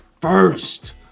first